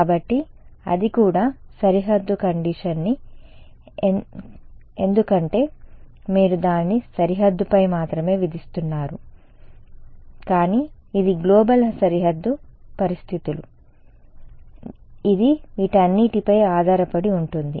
కాబట్టి అది కూడా సరిహద్దు పరిస్థితి ఎందుకంటే మీరు దానిని సరిహద్దుపై మాత్రమే విధిస్తున్నారు కానీ ఇది గ్లోబల్ సరిహద్దు పరిస్థితులు ఇది వీటన్నింటిపై ఆధారపడి ఉంటుంది